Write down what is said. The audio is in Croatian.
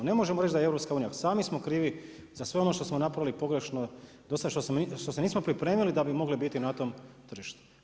Ne možemo reći da je EU, sami smo krivi za sve ono što smo napravili pogrešno, do sad što se nismo pripremili da bi mogli biti na tom tržištu.